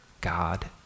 God